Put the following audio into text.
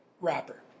wrapper